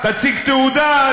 תציג תעודה,